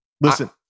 listen